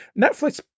Netflix